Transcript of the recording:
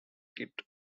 kit